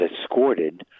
escorted